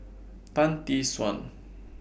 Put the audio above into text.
Tan Tee Suan